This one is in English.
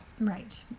Right